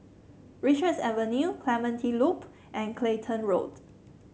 Richards Avenue Clementi Loop and Clacton Road